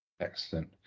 Excellent